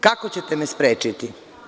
Kako ćete me sprečiti?